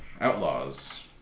outlaws